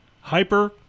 Hyper